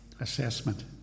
assessment